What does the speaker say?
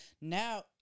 now